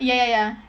ya ya ya